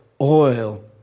oil